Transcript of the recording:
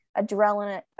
adrenaline